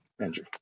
Andrew